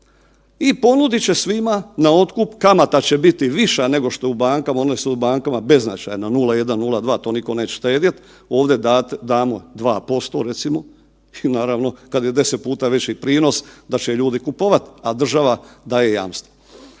i ponudit će svima na otkup, kamata će biti viša nego je u bankama, one su u bankama beznačajne 0,1, 0,2 to niko neće štedjet, ovdje damo 2% recimo i naravno kada je 10 puta veći prinos da će ljudi kupovat, a država daje jamstvo.